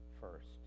first